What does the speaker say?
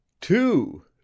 two